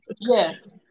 Yes